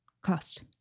cost